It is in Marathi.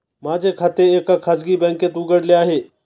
माझे खाते एका खाजगी बँकेत उघडले आहे